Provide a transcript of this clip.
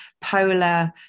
polar